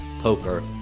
poker